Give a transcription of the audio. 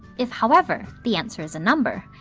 if, however, the answer is a number,